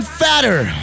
fatter